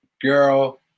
girl